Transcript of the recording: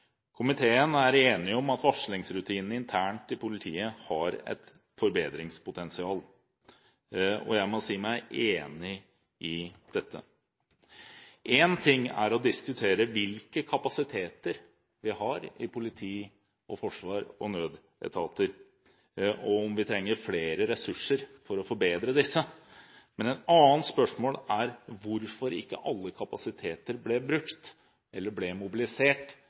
Komiteen er enig om at varslingsrutinene internt i politiet har et forbedringspotensial, og jeg må si meg enig i dette. Én ting er å diskutere hvilke kapasiteter vi har i politi, forsvar og nødetater, og om vi trenger flere ressurser for å forbedre disse. Men et annet spørsmål er hvorfor ikke alle kapasiteter ble brukt eller mobilisert